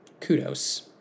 kudos